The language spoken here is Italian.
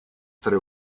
tre